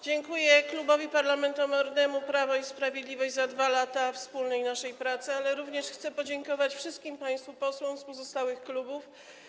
Dziękuję Klubowi Parlamentarnemu Prawo i Sprawiedliwość za 2 lata wspólnej pracy, ale również chcę podziękować wszystkim państwu posłom z pozostałych klubów.